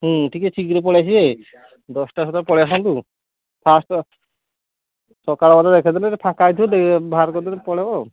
ହୁଁ ଟିକିଏ ଶୀଘ୍ର ପଳେଇ ଆସିବେ ଦଶଟା ସୁଧା ପଳେଇ ଆସନ୍ତୁ ଫାର୍ଷ୍ଟ ସକାଳରେ ଦେଖେଇ ଦେଲେ ଫାଙ୍କା ହେଇଥିବ ବାହାର କରିଦେଲେ ପଳେଇବ